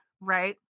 right